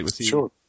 Sure